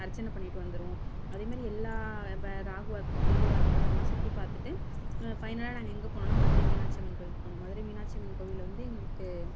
அர்ச்சனை பண்ணிட்டு வந்துவிடுவோம் அதே மாதிரி எல்லா இப்போ ராகுவாக இருக்கட்டும் கேதுவாக இருக்கட்டும் அதெல்லாம் சுற்றி பார்த்துட்டு ஃபைனலாக நாங்கள் எங்கே போனோம்னா மதுரை மீனாட்சி அம்மன் கோயிலுக்கு போனோம் மதுரை மீனாட்சி அம்மன் கோவிலில் வந்து எங்களுக்கு